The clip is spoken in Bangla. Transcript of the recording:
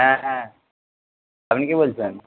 হ্যাঁ হ্যাঁ আপনি কে বলছেন